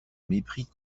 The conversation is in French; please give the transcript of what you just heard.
mépris